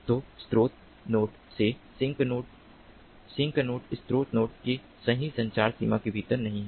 तो स्रोत नोड से सिंक नोड सिंक नोड स्रोत नोड के सही संचार सीमा के भीतर नहीं है